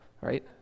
right